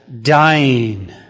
dying